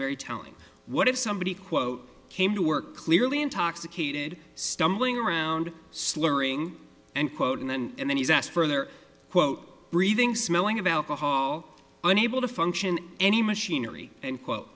very telling what if somebody quote came to work clearly intoxicated stumbling around slurring and quoting and then he's asked for their quote breathing smelling of alcohol unable to function any machinery and quote